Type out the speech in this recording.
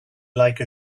like